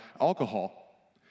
alcohol